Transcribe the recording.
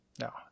no